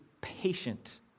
patient